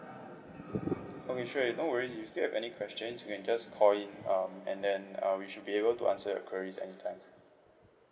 okay sure you no worries if you still have any questions you can just call in um and then uh we should be able to answer your queries anytime